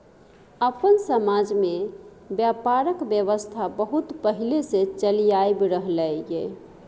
अपन समाज में ब्यापारक व्यवस्था बहुत पहले से चलि आइब रहले ये